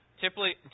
Typically